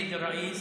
אדוני היושב-ראש,